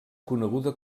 coneguda